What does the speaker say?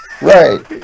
Right